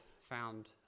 found